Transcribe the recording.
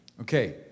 Okay